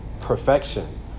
perfection